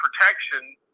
protection